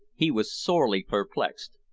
he was sorely perplexed.